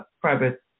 private